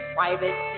Private